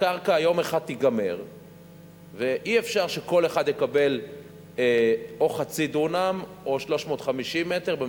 הקרקע יום אחד תיגמר ואי-אפשר שכל אחד יקבל או חצי דונם או 350 מ"ר,